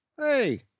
hey